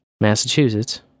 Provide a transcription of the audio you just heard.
Massachusetts